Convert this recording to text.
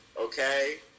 Okay